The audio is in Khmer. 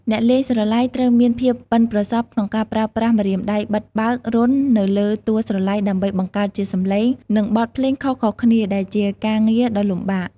អ្នកលេងស្រឡៃត្រូវមានភាពប៉ិនប្រសប់ក្នុងការប្រើប្រាស់ម្រាមដៃបិទបើករន្ធនៅលើតួស្រឡៃដើម្បីបង្កើតជាសំឡេង និងបទភ្លេងខុសៗគ្នា ដែលជាការងារដ៏លំបាក។